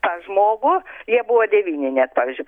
tą žmogų jie buvo devyni net pavyzdžiui